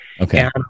Okay